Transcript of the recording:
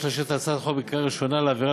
אבקש לאשר את הצעת החוק בקריאה ראשונה ולהעבירה